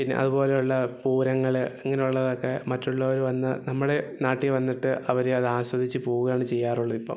പിന്നെ അതുപോലെയുള്ള പൂരങ്ങൾ അങ്ങനെയുള്ളതൊക്കെ മറ്റുള്ളവർ വന്ന് നമ്മുടെ നാട്ടിൽ വന്നിട്ട് അവർ അത് ആസ്വദിച്ച് പോവുകയാണ് ചെയ്യാറുള്ളതിപ്പം